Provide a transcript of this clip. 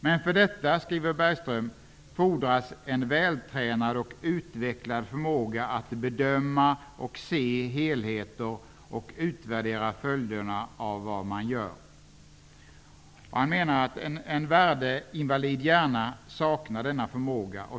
''Men för detta'', skriver Bergström, ''fordras en vältränad och utvecklad förmåga att bedöma och se helheter och utvärdera följderna av vad man gör.'' Matti Bergström menar att en värdeinvalid hjärna saknar denna förmåga.